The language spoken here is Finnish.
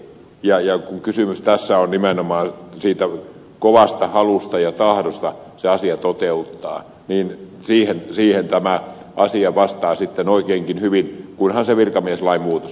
ja kun kysymys tässä on nimenomaan siitä kovasta halusta ja tahdosta se asia toteuttaa niin siihen tämä asia vastaa sitten oikeinkin hyvin kunhan se virkamieslain muutos vielä tähän tulee